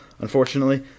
unfortunately